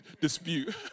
dispute